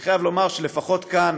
אני חייב לומר שלפחות כאן,